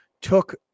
took